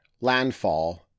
Landfall